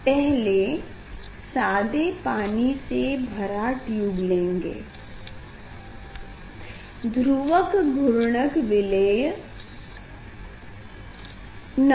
पहले सादे पानी से भरा ट्यूब लेंगे ध्रुवक घूर्णक विलेय न हो